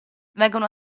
vengono